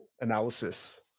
analysis